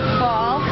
fall